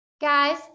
guys